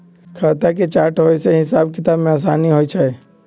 खता के चार्ट होय से हिसाब किताब में असानी होइ छइ